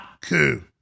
coup